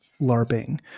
LARPing